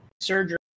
surgery